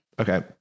Okay